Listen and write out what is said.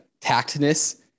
tactness